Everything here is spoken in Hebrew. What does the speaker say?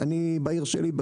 בעיר שלי,